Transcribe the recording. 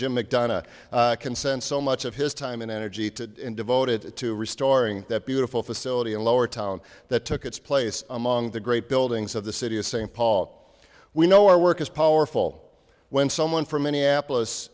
jim mcdonough can send so much of his time and energy to devoted to restoring that beautiful facility in lowertown that took its place among the great buildings of the city of st paul we know our work is powerful when someone from minneapolis